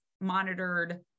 monitored